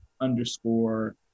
underscore